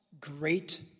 great